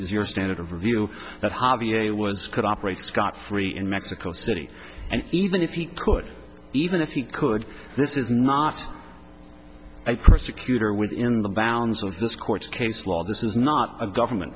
your standard of review that harvey a was could operate scot free in mexico city and even if he could even if he could this is not krista cuter within the bounds of this court case law this is not a government